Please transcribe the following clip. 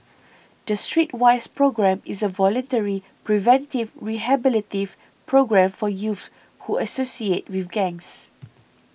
the Streetwise Programme is a voluntary preventive rehabilitative programme for youths who associate with gangs